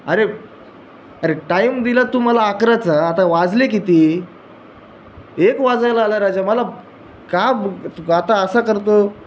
अरे अरे टाईम दिला तू मला अकराचा आता वाजले किती एक वाजायला आला राजा मला काम आता असा करतो